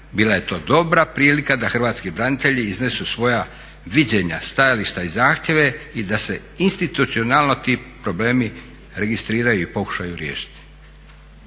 Bila je to dobra prilika da hrvatski branitelji iznesu svoja viđenja, stajališta i zahtjeve i da se institucionalno ti problemi registriraju i pokušaju riješiti.